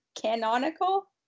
canonical